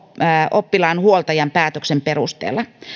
oppilaan huoltajan päätöksen perusteella